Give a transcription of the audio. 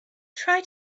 try